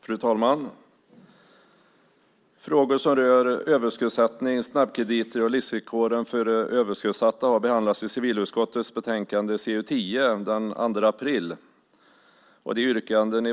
Fru talman! Frågor som rör överskuldsättning, snabbkrediter och livsvillkor för överskuldsatta behandlades i civilutskottets betänkande CU10 den 2 april.